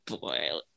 boy